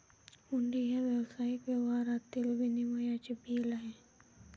हुंडी हे व्यावसायिक व्यवहारातील विनिमयाचे बिल आहे